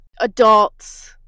adults